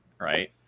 Right